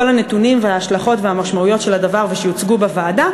הנתונים וההשלכות והמשמעויות של הדבר ויוצגו בוועדה,